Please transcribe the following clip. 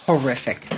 Horrific